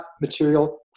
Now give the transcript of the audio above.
material